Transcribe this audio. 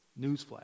Newsflash